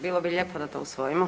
Bilo bi lijepo da to usvojimo.